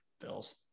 Bills